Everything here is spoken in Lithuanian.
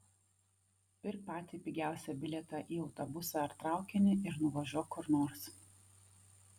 pirk patį pigiausią bilietą į autobusą ar traukinį ir nuvažiuok kur nors